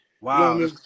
Wow